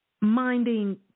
minding